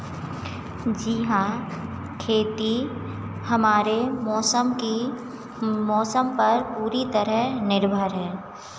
जी हाँ खेती हमारे मौसम की मौसम पर पूरी तरह निर्भर है